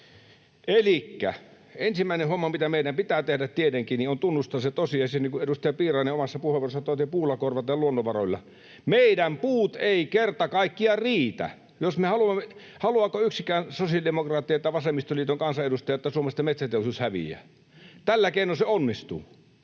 Elikkä ensimmäinen homma, mitä meidän pitää tehdä tietenkin, on tunnustaa se tosiasia — kun edustaja Piirainen omassa puheenvuorossaan totesi, että korvataan puulla ja luonnonvaroilla — että meidän puut eivät kerta kaikkiaan riitä. Haluaako yksikään sosiaalidemokraatti tai vasemmistoliiton kansanedustaja, että Suomesta metsäteollisuus häviää? Tällä keinoin se onnistuu.